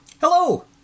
Hello